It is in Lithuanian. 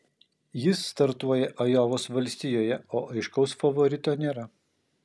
jis startuoja ajovos valstijoje o aiškaus favorito nėra